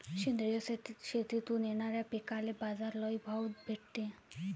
सेंद्रिय शेतीतून येनाऱ्या पिकांले बाजार लई भाव भेटते